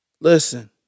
listen